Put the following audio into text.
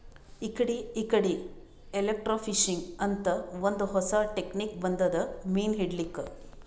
ಇಕಡಿ ಇಕಡಿ ಎಲೆಕ್ರ್ಟೋಫಿಶಿಂಗ್ ಅಂತ್ ಒಂದ್ ಹೊಸಾ ಟೆಕ್ನಿಕ್ ಬಂದದ್ ಮೀನ್ ಹಿಡ್ಲಿಕ್ಕ್